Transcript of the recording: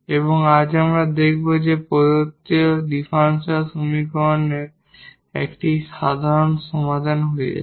এবং আজ আমরা দেখব এটি প্রদত্ত ডিফারেনশিয়াল সমীকরণের একটি সাধারণ সমাধান হয়ে যাবে